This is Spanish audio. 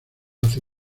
hace